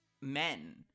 men